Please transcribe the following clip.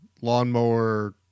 lawnmower